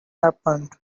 happened